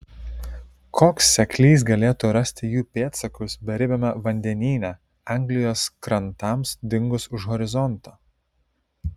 koks seklys galėtų rasti jų pėdsakus beribiame vandenyne anglijos krantams dingus už horizonto